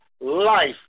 life